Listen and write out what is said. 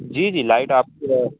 جی جی لائٹ آپ کا